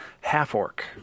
Half-orc